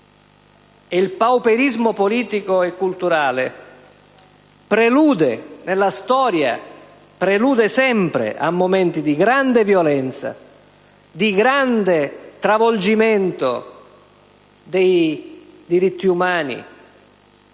il pauperismo politico e culturale nella storia prelude sempre a momenti di grande violenza, di grande travolgimento dei diritti umani,